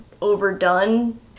overdone